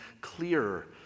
clearer